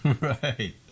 Right